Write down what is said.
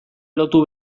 lotu